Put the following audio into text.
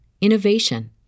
innovation